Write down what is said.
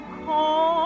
call